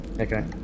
okay